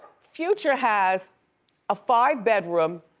future has a five bedroom,